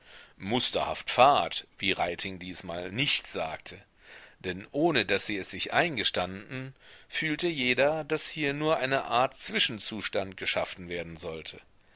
musterhaft fad wie reiting diesmal nicht sagte denn ohne daß sie es sich eingestanden fühlte jeder daß hier nur eine art zwischenzustand geschaffen werden sollte